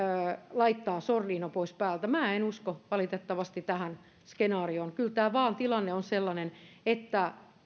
laittaa sordiino pois päältä minä en usko valitettavasti tähän skenaarioon kyllä tämä tilanne vain on sellainen että